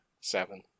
seven